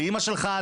לאמא שלך,